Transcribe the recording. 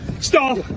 Stop